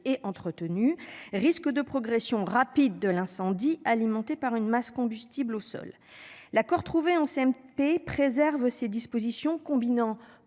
et entretenu risque de progression rapide de l'incendie, alimenté par une masse combustible au sol. L'accord trouvé en CMP préserve ses dispositions combinant